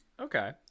okay